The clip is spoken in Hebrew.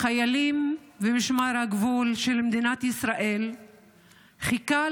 החיילים ומשמר הגבול של מדינת ישראל חיכו